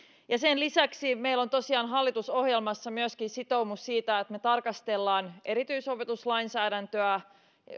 sen lisäksi meillä on hallitusohjelmassa tosiaan myöskin sitoumus siitä että me tarkastelemme erityisopetuslainsäädäntöä eli